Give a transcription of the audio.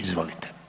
Izvolite.